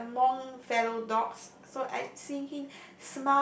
be among fellow dogs so I see him